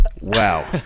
Wow